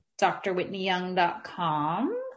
Drwhitneyyoung.com